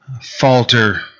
falter